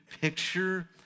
picture